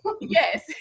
yes